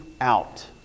out